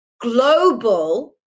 global